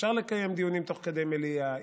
אפשר לקיים דיונים תוך כדי מליאה,